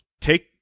take –